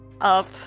up